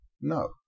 no